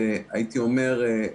הייתי אומר,